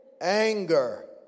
Anger